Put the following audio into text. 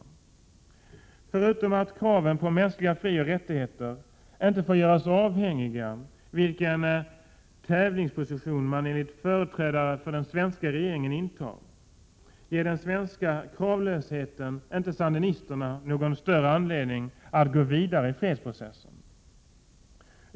30 maj 1988 Förutom att kraven på mänskliga frioch rättigheter inte får göras avhängiga av vilken ”tävlingsposition” man enligt företrädare för den svenska regeringen intar, ger den svenska kravlösheten inte sandinisterna anledning att gå vidare i fredsprocessen.